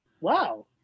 Wow